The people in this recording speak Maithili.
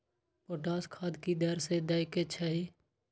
पोटास खाद की दर से दै के चाही?